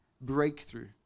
breakthrough